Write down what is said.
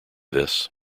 this